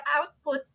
output